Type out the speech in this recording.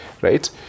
right